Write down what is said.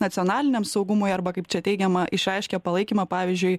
nacionaliniam saugumui arba kaip čia teigiama išreiškia palaikymą pavyzdžiui